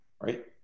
right